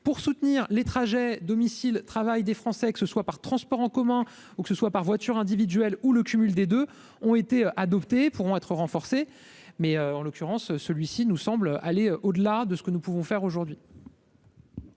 pour soutenir les trajets. Domicile travail des Français, que ce soit par transport en commun ou que ce soit par voiture individuelle ou le cumul des 2 ont été adoptés pourront être renforcées, mais en l'occurrence celui-ci nous semble aller au-delà de ce que nous pouvons faire aujourd'hui.